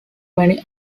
many